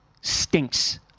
stinks